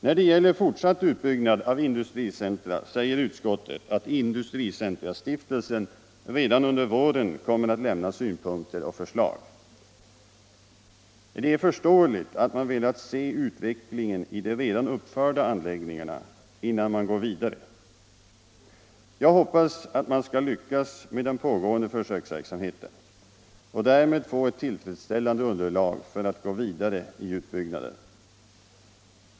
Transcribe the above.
När det gäller fortsatt utbyggnad av industricentra säger utskottet att industricentrastiftelsen redan under våren kommer att anföra synpunkter och lämna förslag. Det är förståeligt att man har velat se utvecklingen i de redan uppförda anläggningarna innan man går vidare. Jag hoppas att man skall lyckas med den pågående försöksverksamheten och därmed få ett tillfredsställande underlag för att gå vidare i utbyggnaden.